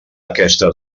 aquesta